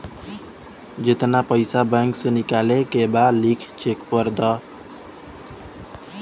जेतना पइसा बैंक से निकाले के बा लिख चेक पर लिख द